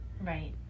right